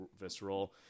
visceral